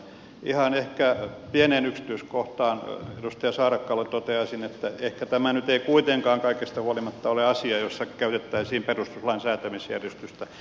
ihan ehkä pieneen yksityiskohtaan edustaja saarakkala toteaisin että ehkä tämä nyt ei kuitenkaan kaikesta huolimatta ole asia jossa käytettäisiin perustuslain säätämisjärjestystä